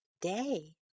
day